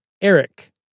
Eric